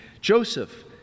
Joseph